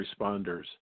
responders